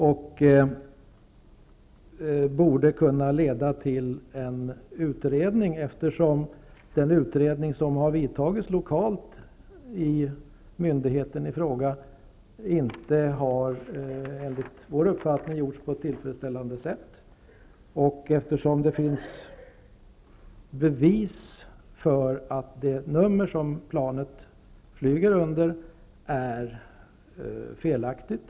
Det borde kunna leda till en utredning, eftersom den utredning som har vidtagits lokalt hos myndigheten i fråga enligt vår uppfattning inte har gjorts på ett tillfredsställande sätt. Det finns bevis för att det nummer som planet flyger under är felaktigt.